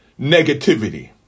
negativity